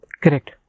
Correct